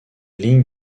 lignes